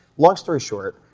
long story short,